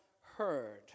heard